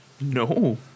No